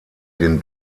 den